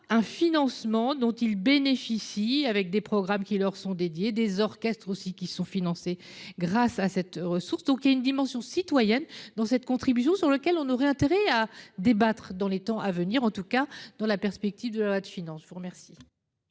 un financement dont ils bénéficient, avec des programmes qui leur sont dédiés des orchestres aussi qui sont financés grâce à cette ressource. Donc il y a une dimension citoyenne dans cette contribution sur lequel on aurait intérêt à débattre dans les temps à venir, en tout cas dans la perspective de la loi de finances, je vous remercie.